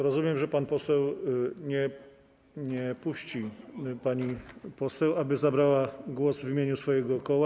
Rozumiem, że pan poseł nie puści pani poseł, aby zabrała głos w imieniu swojego koła.